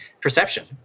Perception